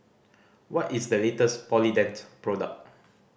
what is the latest Polident product